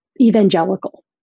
evangelical